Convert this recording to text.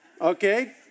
Okay